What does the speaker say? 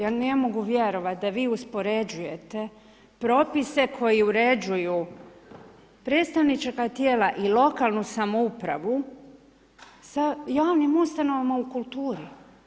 Ja ne mogu vjerovati da vi uspoređujete propise koji uređuju predstavnička tijela i lokalnu samoupravu sa javnim ustanovama u kulturi.